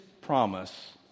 promise